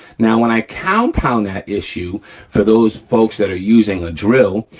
now when i can compound that issue for those folks that are using a drill,